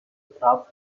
crafts